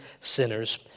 sinners